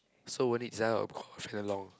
so when it's very long ah